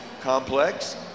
complex